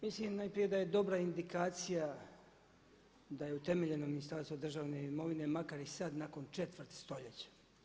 Mislim najprije da je dobra indikacija da je utemeljeno Ministarstvo državne imovine makar i sad nakon četvrt stoljeća.